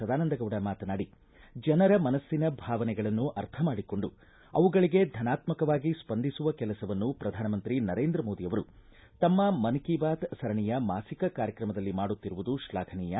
ಸದಾನಂದಗೌಡ ಮಾತನಾಡಿ ಜನರ ಮನಸ್ಸಿನ ಭಾವನೆಗಳನ್ನು ಅರ್ಥಮಾಡಿಕೊಂಡು ಅವುಗಳಿಗೆ ಧನಾತ್ಮಕವಾಗಿ ಸ್ಲಂದಿಸುವ ಕೆಲಸವನ್ನು ಪ್ರಧಾನಮಂತ್ರಿ ನರೇಂದ್ರ ಮೋದಿ ಅವರು ತಮ್ಮ ಮನ್ ಕಿ ಬಾತ್ ಸರಣಿಯ ಮಾಸಿಕ ಕಾರ್ಯಕ್ರಮದಲ್ಲಿ ಮಾಡುತ್ತಿರುವುದು ತ್ಲಾಫನೀಯ